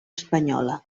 espanyola